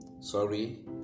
sorry